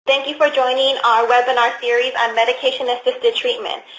thank you for joining our webinar series on medication-assisted treatment.